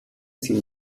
sin